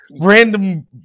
random